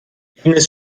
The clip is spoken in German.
ines